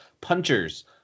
punchers